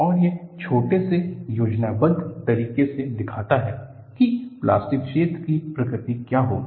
और यह छोटे से योजनाबद्ध तरीके से दिखाता है कि प्लास्टिक क्षेत्र की प्रकृति क्या होगी